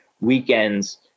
weekend's